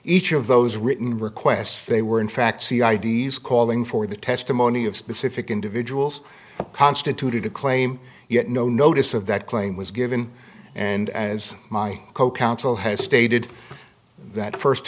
each of those written requests they were in fact c i d s calling for the testimony of specific individuals constituted a claim yet no notice of that claim was given and as my co counsel has stated that first